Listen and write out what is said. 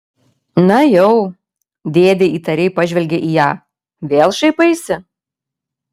na jau dėdė įtariai pažvelgė į ją vėl šaipaisi